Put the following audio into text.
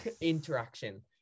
interaction